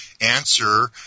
answer